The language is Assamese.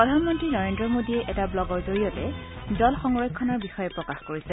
প্ৰধানমন্ত্ৰী নৰেন্দ্ৰ মোদীয়ে এটা ব্লগৰ জৰিয়তে জল সংৰক্ষণৰ বিষয়ে প্ৰকাশ কৰিছে